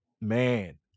man